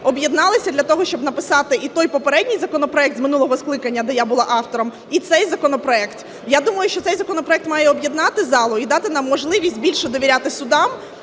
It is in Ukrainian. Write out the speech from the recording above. об'єдналися для того, щоб написати і той, попередній, законопроект, з минулого скликання, де я була автором, і цей законопроект. Я думаю, що цей законопроект має об'єднати залу і дати нам можливість більше довіряти судам,